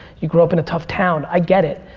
you grow up in a tough town, i get it.